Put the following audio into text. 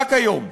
רק היום.